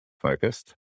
focused